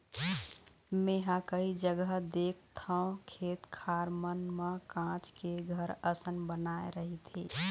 मेंहा कई जघा देखथव खेत खार मन म काँच के घर असन बनाय रहिथे